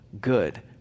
good